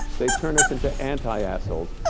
they turn us into anti-assholes.